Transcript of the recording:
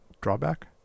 drawback